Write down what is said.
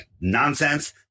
nonsense